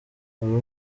ubu